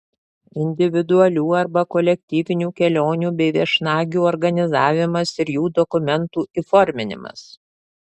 individualių arba kolektyvinių kelionių bei viešnagių organizavimas ir jų dokumentų įforminimas